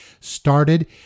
started